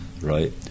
right